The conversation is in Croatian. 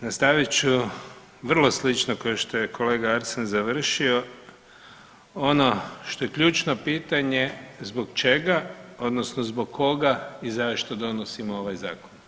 Nastavit ću vrlo slično kao što je kolega Arsen završio, ono što je ključno pitanje zbog čega odnosno zbog koga i zašto donosimo ovaj zakon.